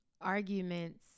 arguments